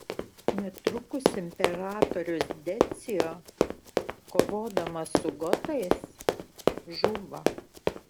netrukus imperatorius decio kovodamas su gotais žūva